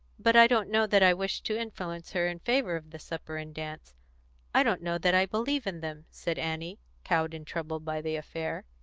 but i don't know that i wish to influence her in favour of the supper and dance i don't know that i believe in them, said annie, cowed and troubled by the affair.